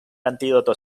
antídoto